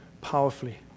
powerfully